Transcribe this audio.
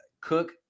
cook